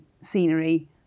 scenery